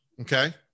Okay